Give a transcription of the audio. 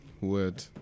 Word